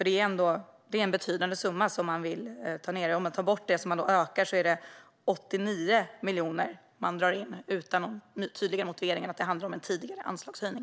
Det är ändå en betydande summa man vill dra ned med, och om man tar bort det som man ökar handlar det om en neddragning på 89 miljoner utan någon tydligare motivering än att det handlar om en tidigare anslagshöjning.